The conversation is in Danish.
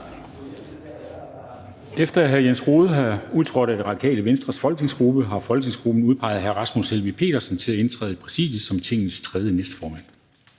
Efter at hr. Jens Rohde er udtrådt af Det Radikale Venstres folketingsgruppe, har folketingsgruppen udpeget hr. Rasmus Helveg Petersen til at indtræde i Præsidiet som Tingets tredje næstformand.